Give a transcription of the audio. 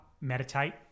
meditate